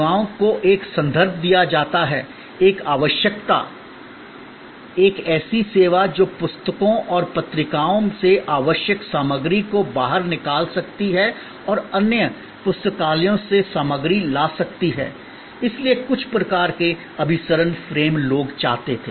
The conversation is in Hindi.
सेवाओं को एक संदर्भ दिया जाता है एक आवश्यकता एक ऐसी सेवा जो पुस्तकों और पत्रिकाओं से आवश्यक सामग्री को बाहर निकाल सकती है और अन्य पुस्तकालयों से सामग्री ला सकती है इसलिए कुछ प्रकार के अभिसरण फ्रेम लोग चाहते थे